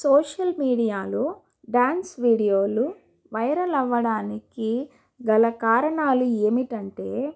social మీడియాలో dance వీడియోలు viral అవ్వడానికి గల కారణాలు ఏమిటి అంటే